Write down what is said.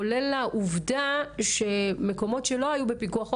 כולל העובדה שמקומות שלא היו בפיקוח,